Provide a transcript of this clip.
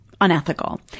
unethical